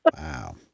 Wow